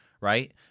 right